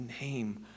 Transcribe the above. name